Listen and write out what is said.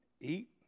eat